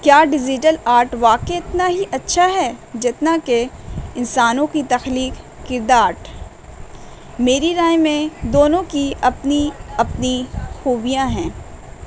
کیا digital art واقعی اتنا ہی اچھا ہے جتنا کہ انسانوں کی تخلیق کردار میری رائے میں دونوں کی اپنی اپنی خوبیاں ہیں